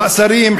מאסרים,